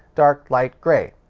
dark, light, grey.